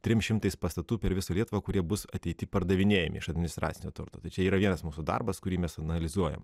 trim šimtais pastatų per visą lietuvą kurie bus ateity pardavinėjami iš administracinio turto tai čia yra vienas mūsų darbas kurį mes analizuojame